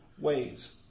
ways